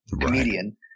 comedian